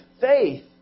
faith